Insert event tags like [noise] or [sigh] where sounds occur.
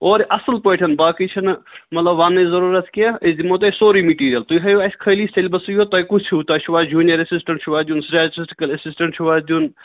اور اَصٕل پٲٹھۍ باقے چھِنہٕ مطلب وننٕچ ضُروٗرتھ کیٚنٛہہ أسۍ دِمو تُہۍ سورٕے مِٹیٖریل تُہۍ ہٲیِو اَسہِ خٲلی سٮ۪لبسٕے اوت تُہۍ کُس ہیو تُہۍ چھُوا جوٗنِیر أسسِٹنٛٹ چھُوا دیُن [unintelligible] اَسِسٹنٛٹ چھُوا دیُن